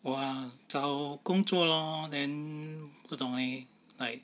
我 ah 找工作 lor then 不懂 leh like